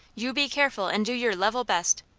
you be careful, and do your level best.